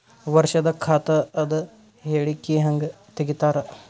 ವರ್ಷದ ಖಾತ ಅದ ಹೇಳಿಕಿ ಹೆಂಗ ತೆಗಿತಾರ?